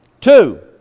two